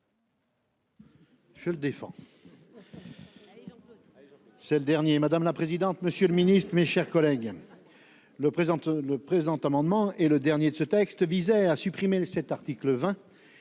aujourd'hui. C'est le dernier. Madame la présidente. Monsieur le Ministre, mes chers collègues. Le présente le présent amendement et le dernier de ce texte visait à supprimer cet article 20.